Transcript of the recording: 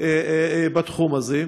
בתחום הזה.